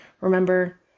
remember